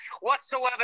Whatsoever